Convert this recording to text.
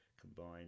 combined